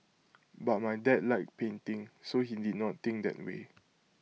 but my dad liked painting so he did not think that way